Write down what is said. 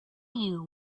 you